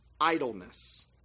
idleness